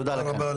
תודה רבה.